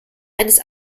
eines